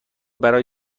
برای